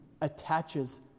attaches